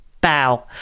bow